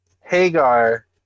Hagar